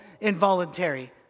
involuntary